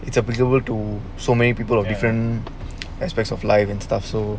it's a applicable to so many people of different aspects of life and stuff so